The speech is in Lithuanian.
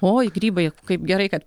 oi grybai kaip gerai kad